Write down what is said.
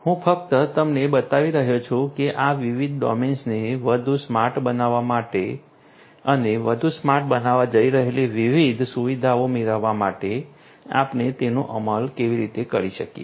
હું ફક્ત તમને બતાવી રહ્યો છું કે આ વિવિધ ડોમેન્સને વધુ સ્માર્ટ બનાવવા અને વધુ સ્માર્ટ બનવા જઈ રહેલી વિવિધ સુવિધાઓ મેળવવા માટે આપણે તેનો અમલ કેવી રીતે કરી શકીએ